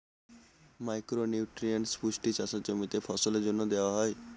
micro nutrients পুষ্টি চাষের জমিতে ফসলের জন্য দেওয়া হয়